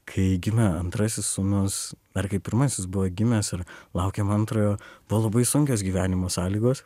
kai gimė antrasis sūnus ar kai pirmasis buvo gimęs ir laukėm antrojo buvo labai sunkios gyvenimo sąlygos